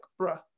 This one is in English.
bruh